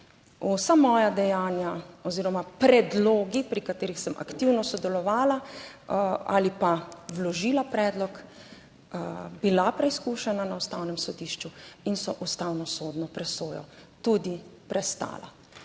vsa moja dejanja oziroma predlogi pri katerih sem aktivno sodelovala ali pa vložila predlog bila preizkušena na Ustavnem sodišču in vso ustavnosodno presojo tudi prestala